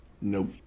Nope